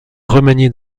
remanié